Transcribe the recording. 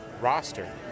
roster